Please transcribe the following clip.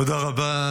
תודה רבה.